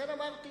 לכן אמרתי